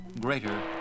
greater